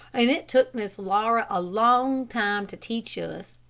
and it took miss laura a long time to teach us.